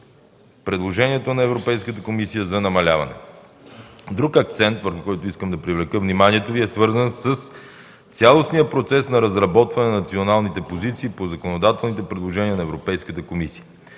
предложението на Европейската комисия за намаляване. Другият акцент, върху който искам да привлека вниманието Ви, е свързан с цялостния процес на разработване на националните позиции по законодателните предложения на Европейската комисия.